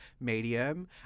medium